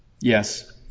Yes